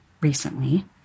recently